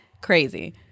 crazy